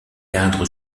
cadre